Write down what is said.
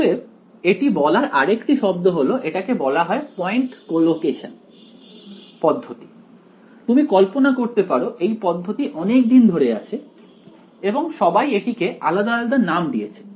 অতএব এটি বলার আরেকটি শব্দ হলো এটাকে বলা হয় পয়েন্ট কোলোকেশন পদ্ধতি তুমি কল্পনা করতে পারো এই পদ্ধতি অনেক দিন ধরে আছে এবং সবাই এটিকে আলাদা আলাদা নাম দিয়েছে